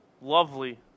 lovely